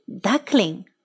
Duckling